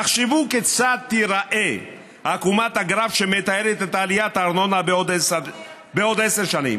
תחשבו כיצד תיראה עקומת הגרף שמתארת את עליית הארנונה בעוד עשר שנים.